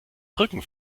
rücken